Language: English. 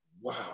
Wow